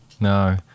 No